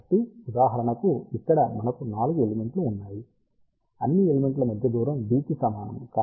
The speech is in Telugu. కాబట్టి ఉదాహరణకు ఇక్కడ మనకు 4 ఎలిమెంట్లు ఉన్నాయి అన్ని ఎలిమెంట్ల మధ్య దూరం d కి సమానము